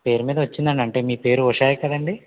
పేరు మీద వచ్చిందండి అంటే మీ పేరు ఉషాయే కదండి